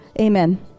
amen